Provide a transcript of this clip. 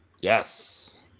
Yes